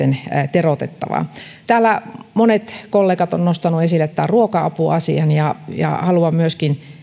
teroitettavaa täällä monet kollegat ovat nostaneet esille tämän ruoka apuasian ja ja haluan myöskin